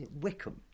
Wickham